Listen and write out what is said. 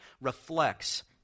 reflects